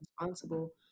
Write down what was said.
responsible